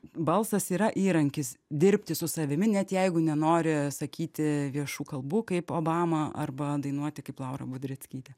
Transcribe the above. balsas yra įrankis dirbti su savimi net jeigu nenori sakyti viešų kalbų kaip obama arba dainuoti kaip laura budreckytė